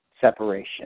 separation